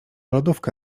lodówka